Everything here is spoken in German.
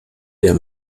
der